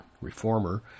reformer